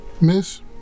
Miss